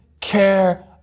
care